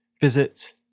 visit